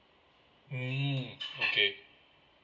mm okay